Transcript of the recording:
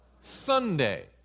Sunday